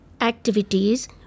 activities